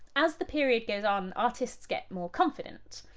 as the period goes on, artists get more confident.